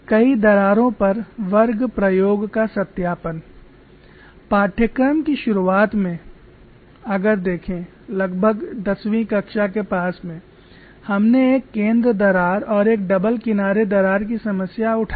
कई दरारों पर वर्ग प्रयोग का सत्यापन पाठ्यक्रम की शुरुआत में अगर देखें लगभग 10वी कक्षा के पास में हमने एक केंद्र दरार और एक डबल किनारे दरार की समस्या उठाई